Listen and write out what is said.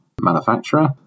manufacturer